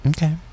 Okay